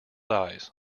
eyes